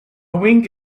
wink